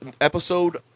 Episode